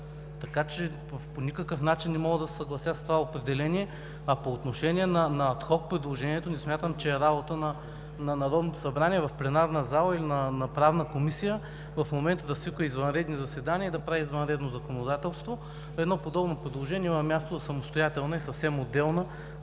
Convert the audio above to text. Така че по някакъв начин не мога да се съглася с това определение. А по отношение на адхок предложението не смятам, че е работа на Народно събрание в пленарната зала или на Правната комисия в момента да свиква извънредни заседания или да прави извънредно законодателство. Едно подобно предложение има място за самостоятелна и съвсем отделна